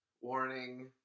Warning